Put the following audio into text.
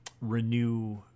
renew